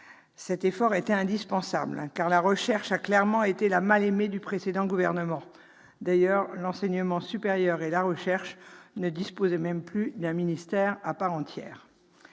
Cet effort était indispensable, car la recherche a clairement été la mal-aimée du précédent gouvernement, dans lequel l'enseignement supérieur et la recherche ne disposait même plus d'un ministère à part entière